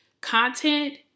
content